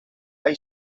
they